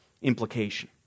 implication